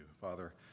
Father